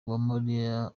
uwamariya